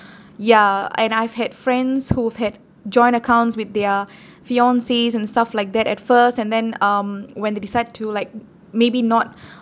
ya and I've had friends who've had joint accounts with their fiances and stuff like that at first and then um when they decide to like maybe not